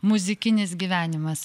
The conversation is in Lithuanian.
muzikinis gyvenimas